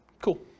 Cool